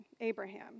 Abraham